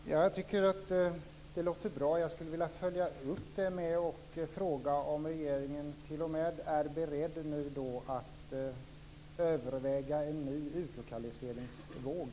Herr talman! Jag tycker att detta låter bra. Jag skulle vilja följa upp med att fråga om regeringen nu t.o.m. är beredd att överväga en ny utlokaliseringsvåg.